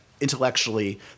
intellectually